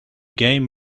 game